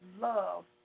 love